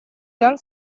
жан